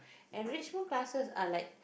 enrichment classes are like